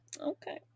okay